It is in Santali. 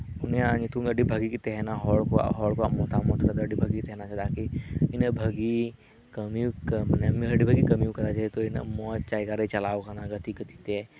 ᱩᱱᱤᱭᱟᱜ ᱧᱩᱛᱩᱢ ᱫᱚ ᱟᱹᱰᱤ ᱵᱷᱟᱜᱮ ᱜᱮ ᱛᱟᱦᱮᱱᱟ ᱦᱚᱲ ᱠᱚᱣᱟᱜ ᱢᱚᱛᱟ ᱢᱚᱛ ᱟᱹᱰᱤ ᱵᱷᱟᱜᱮ ᱜᱮ ᱛᱟᱦᱮᱱᱟ ᱪᱮᱫᱟᱜ ᱡᱮ ᱤᱱᱟᱹᱜ ᱵᱷᱟᱹᱜᱤ ᱟᱹᱰᱤ ᱵᱷᱟᱹᱜᱤᱭ ᱠᱟᱹᱢᱤ ᱟᱠᱟᱫᱟ ᱡᱮᱦᱮᱛᱩ ᱤᱱᱟᱹᱜ ᱢᱚᱸᱡᱽ ᱡᱟᱭᱜᱟᱨᱮᱭ ᱪᱟᱞᱟᱣ ᱟᱠᱟᱱᱟ ᱜᱟᱛᱤ ᱠᱷᱟᱹᱛᱤᱨ ᱛᱮ